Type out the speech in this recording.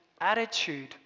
attitude